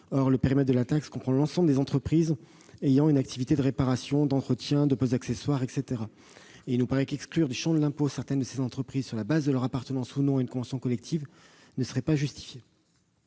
Or le périmètre de la taxe comprend l'ensemble des entreprises ayant une activité de réparation, d'entretien ou de pose d'accessoires, notamment. Exclure du champ de l'impôt certaines de ces entreprises sur la base de leur appartenance ou non à une convention collective ne serait pas justifié.